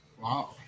Wow